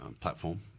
platform